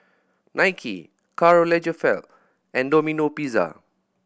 Nike Karl Lagerfeld and Domino Pizza